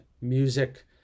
music